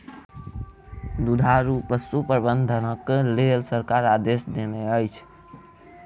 दुधारू पशु प्रबंधनक लेल सरकार आदेश देनै अछि